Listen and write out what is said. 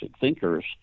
thinkers